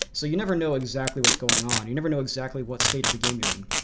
so you never know exactly what's going on. you never know exactly what state of the game you're in.